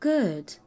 Good